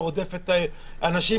לא רודפת אנשים,